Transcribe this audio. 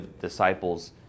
disciples